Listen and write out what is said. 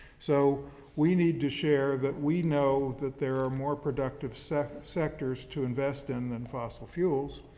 so we need to share that. we know that there are more productive sec sectors to invest in than fossil fuels.